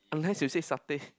unless you say satay